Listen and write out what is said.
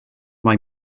mae